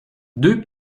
deux